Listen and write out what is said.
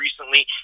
recently